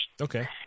Okay